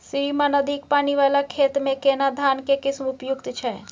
श्रीमान अधिक पानी वाला खेत में केना धान के किस्म उपयुक्त छैय?